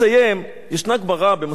ישנה גמרא במסכת סוכה,